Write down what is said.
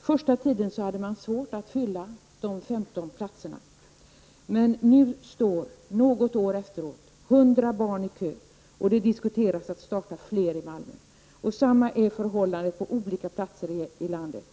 Första tiden hade man svårt att fylla de 15 platserna, men nu, något år efteråt, står 100 barn i kö, och det diskuteras att starta fler sådana daghem i Malmö. Detsamma är förhållandet på olika platser i landet.